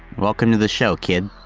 welcome to the show kid!